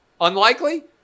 Unlikely